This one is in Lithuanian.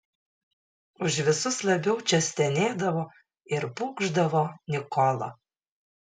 už visus labiau čia stenėdavo ir pūkšdavo nikola